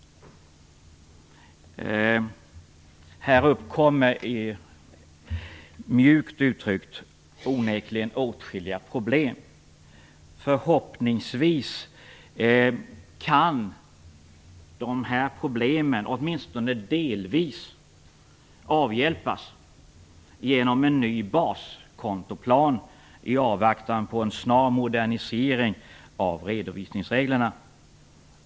Här uppkommer, mjukt uttryckt, onekligen åtskilliga problem. Förhoppningsvis kan dessa problem åtminstone delvis avhjälpas genom en ny baskontoplan i avvaktan på en snar modernisering av redovisningsreglerna.